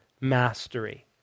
mastery